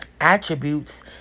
attributes